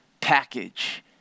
package